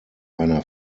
einer